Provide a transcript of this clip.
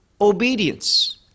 obedience